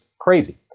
crazy